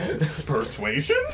Persuasion